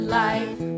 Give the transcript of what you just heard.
life